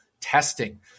testing